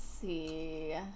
see